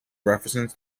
references